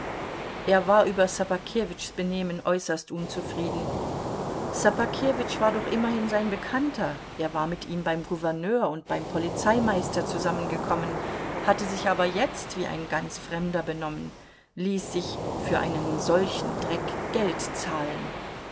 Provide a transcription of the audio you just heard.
er war über ssobakewitschs benehmen äußerst unzufrieden ssobakewitsch war doch immerhin sein bekannter er war mit ihm beim gouverneur und beim polizeimeister zusammengekommen hatte sich aber jetzt wie ein ganz fremder benommen ließ sich für einen solchen dreck geld zahlen